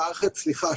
מערכת שמרטפות.